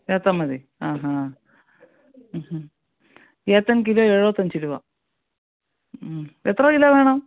ഏത്തൻ മതി ആ ഹാ ഏത്തൻ കിലോ എഴുപത്തഞ്ച് രൂപ എത്ര കിലോ വേണം